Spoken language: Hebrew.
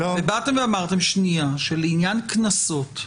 אתם אמרתם שלעניין קנסות,